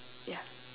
ya